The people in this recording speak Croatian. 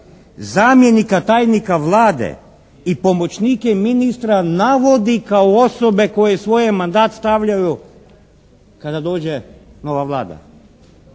zamjenika tajnika Vlade i pomoćnike ministra navodi kao osobe koje svoje mandat stavljaju kada dođe nova Vlada.